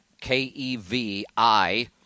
K-E-V-I